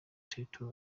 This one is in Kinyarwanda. igitoro